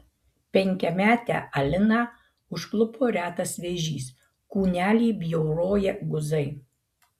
penkiametę aliną užklupo retas vėžys kūnelį bjauroja guzai